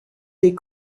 des